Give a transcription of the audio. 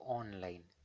online